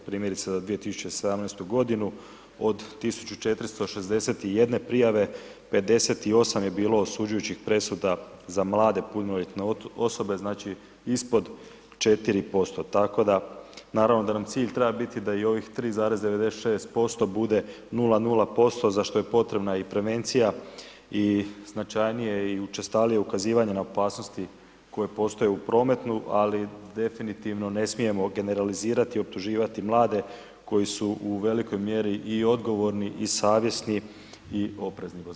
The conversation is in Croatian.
Primjerice za 2017. godinu od 1461 prijave, 58 je bilo osuđujućih presuda za mlade punoljetne osobe, znači ispod 4%, tako da, naravno da nam cilj treba biti da i ovih 3,96% bude 0,0% za što je potrebna i prevencija i značajnije, i učestalije ukazivanje na opasnosti koje postoje u prometu, ali definitivno ne smijemo generalizirati i optuživati mlade koji su u velikoj mjeri i odgovorni, i savjesni i oprezni vozači.